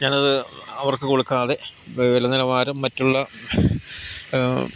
ഞാനത് അവർക്ക് കൊടുക്കാതെ വിലനിലവാരം മറ്റുള്ള